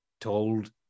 told